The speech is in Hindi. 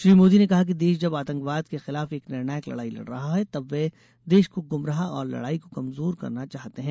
श्री मोदी ने कहा कि देश जब आतंकवाद के खिलाफ एक निर्णायक लड़ाई लड़ रहा है तब वे देश को गुमराह और लड़ाई को कमजोर करना चाहते हैं